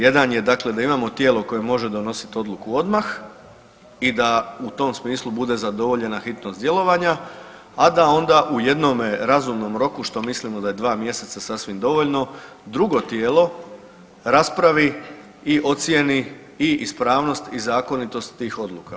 Jedan je dakle da imamo tijelo koje može donositi odluku odmah i da u tom smislu bude zadovoljena hitnost djelovanja, a da onda u jednome razumnom roku, što mislimo da je 2 mjeseca sasvim dovoljno, drugo tijelo raspravi i ocijeni i ispravnost i zakonitost tih odluka.